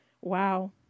Wow